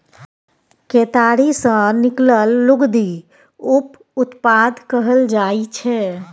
केतारी सँ निकलल लुगदी उप उत्पाद कहल जाइ छै